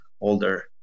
older